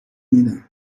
میدم